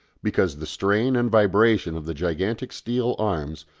because the strain and vibration of the gigantic steel arms,